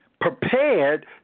prepared